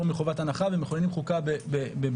ואני מסכימה שהוא צריך להיות